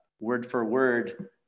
word-for-word